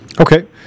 Okay